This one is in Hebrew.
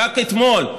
רק אתמול,